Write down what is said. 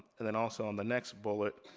and then also on the next bullet,